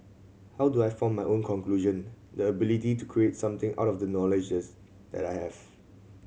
how do I form my own conclusion the ability to create something out of the knowledges that I have